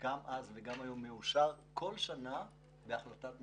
כל שנה בהחלטת ממשלה.